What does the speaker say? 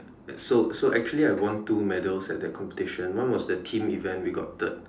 so so actually I won two medals at that competition one was the team event we got third